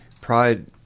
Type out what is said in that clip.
pride